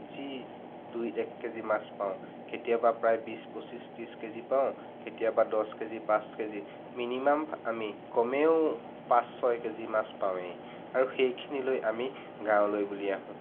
যি দুই এক কেজি মাছ পাওঁ কেতিয়াবা প্ৰায় বিছ পঁছিশ ত্ৰিছ কেজি পাওঁ কেতিয়াবা দহ কেজি পাঁচ কেজি মিনিমাম আমি কমেও পাঁচ ছয় কেজি মাছ পাওঁৱেই আৰু সেইখিনিলৈ আমি গাঁৱলৈ বুলি আহোঁ